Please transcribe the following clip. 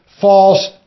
false